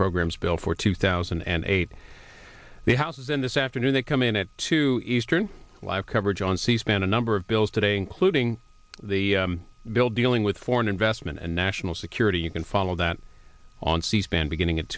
programs bill for two thousand and eight the house then this afternoon they come in at two eastern live coverage on c span a number of bills today including the bill dealing with foreign investment and national security you can follow that on c span beginning at